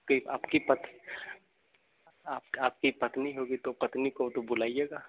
P आपकी पत आ आप आपकी पत्नी होगी तो पत्नी को तो बुलाइएगा